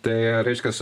tai reiškias